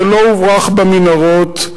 זה לא הוברח במנהרות.